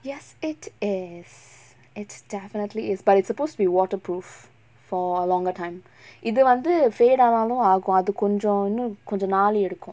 yes it is it definitely is but it's supposed to be waterproof for a longer time இதுவந்து:ithuvanthu fade ஆனாலும் ஆகு அது கொஞ்சோ இன்னும் கொஞ்ச நாள் எடுக்கும்:aanaalum aagu athu konjo innum konja naal edukkum